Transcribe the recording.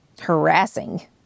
harassing